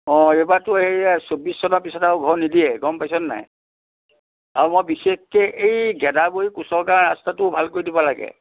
অঁ এইবাৰতো সেয়া চৌব্বিছ চনৰ পিছত আৰু ঘৰ নিদিয়ে গম পাইছনে নাই আৰু মই বিশেষকে এই গেদাৱৰী কোঁচৰ গাঁৱৰ ৰাস্তাটো ভাল কৰি দিব লাগে